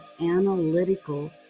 analytical